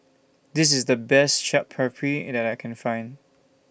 This IS The Best Chaat Papri that I Can Find